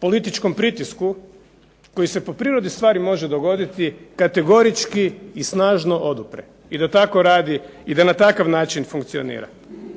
političkom pritisku koji se po prirodi stvari može dogoditi kategorički i snažno odupre i da tako radi i da na takav način funkcionira.